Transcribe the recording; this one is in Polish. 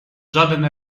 żaden